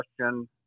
question